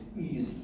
easy